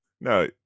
No